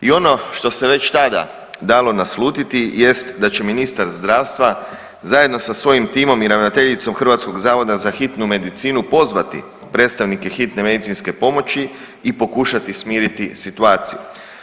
I ono što se već tada dalo naslutiti jest da će ministar zdravstva zajedno sa svojim timom i ravnateljicom Hrvatskog zavoda za hitnu medicinu pozvati predstavnike Hitne medicinske pomoći i pokušati smiriti situaciju.